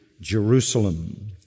Jerusalem